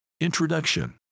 Introduction